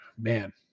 Man